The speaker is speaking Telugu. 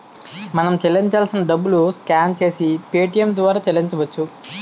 మనం చెల్లించాల్సిన డబ్బులు స్కాన్ చేసి పేటియం ద్వారా చెల్లించవచ్చు